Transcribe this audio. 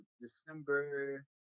December